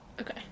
Okay